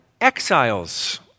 exiles